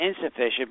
insufficient